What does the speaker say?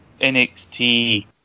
NXT